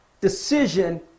decision